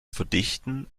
verdichten